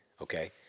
okay